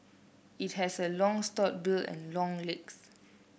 it has a long stout bill and long legs